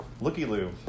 looky-loo